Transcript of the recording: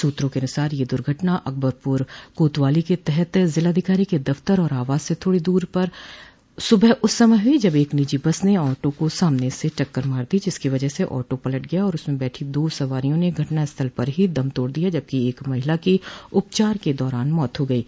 सूत्रों के अनुसार यह दुर्घटना अकबरपुर कोतवाली के तहत ज़िलाधिकारी के दफ्तर और आवास से थोड़ी दूरी पर सुबह उस समय हुई जब एक निजी बस ने आटो को सामने से टक्कर मार दी जिसकी वजह से ऑटो पलट गया और उसमें बैठी दो सवारियों ने घटनास्थल पर ही दम तोड़ दिया जबकि एक अन्य महिला की उपचार के दौरान मौत हो गयी